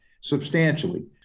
substantially